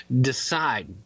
decide –